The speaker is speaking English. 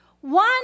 One